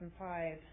2005